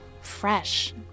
fresh